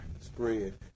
spread